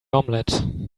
omelette